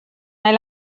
hai